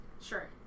Sure